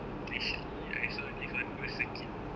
actually I saw this one whole circuit